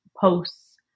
posts